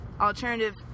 alternative